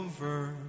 over